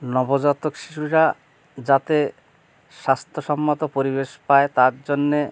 নবজাতক শিশুরা যাতে স্বাস্থ্যসম্মত পরিবেশ পায় তার জন্যে